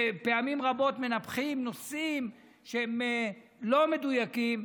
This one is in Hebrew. שפעמים רבות מנפחים נושאים שהם לא מדויקים,